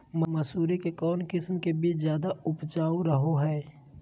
मसूरी के कौन किस्म के बीच ज्यादा उपजाऊ रहो हय?